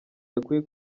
hakwiye